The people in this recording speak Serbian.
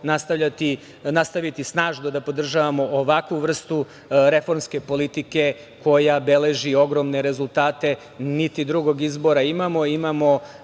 nastaviti snažno da podržavamo ovakvu vrstu reformske politike koja beleži ogromne rezultate, niti drugog izbora